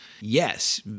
yes